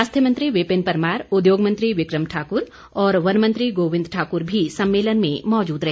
स्वास्थ्य मंत्री विपिन परमार उद्योग मंत्री विक्रम ठाक्र और वनमंत्री गोविंद ठाकुर भी सम्मेलन में मौजूद रहे